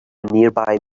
nearby